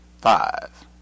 five